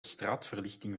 straatverlichting